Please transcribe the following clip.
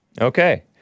Okay